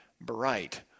bright